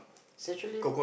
actually